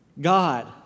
God